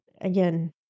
again